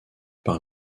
par